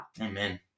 Amen